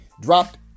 dropped